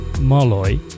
Malloy